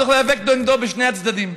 צריך להיאבק בעמדות בשני הצדדים.